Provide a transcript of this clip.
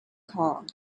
kong